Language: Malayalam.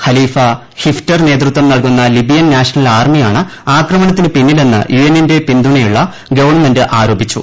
ഖലീഫ ഹിഫ്റ്റർ നേതൃത്വം നൽകുന്ന ലിബിയൻ നാഷണൽ ആർമിയാണ് ആക്രമണത്തിന് പിന്നിലെന്ന് യു എന്നിന്റെ പിന്തുണയുള്ള ഗവൺമെന്റ് ആരോപിച്ചു